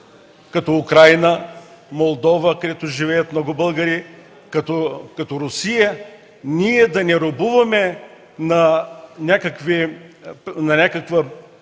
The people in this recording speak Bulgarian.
като Украйна, Молдова, където живеят много българи, като Русия, да не робуваме на някаква